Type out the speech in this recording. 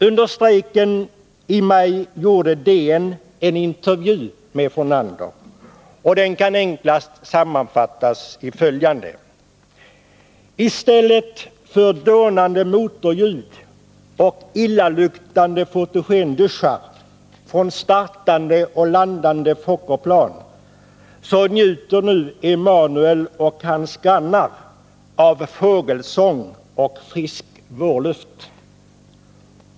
Under strejken i maj i år gjorde DN en intervju med Fornander, och den kan enklast sammanfattas i följande: I stället för dånande motorljud och illaluktande fotogenduschar från startande och landande Fokkerplan — så njuter nu Emanuel och hans grannar av fågelsång och frisk vårluft.